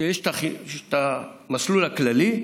שיש את המסלול הכללי,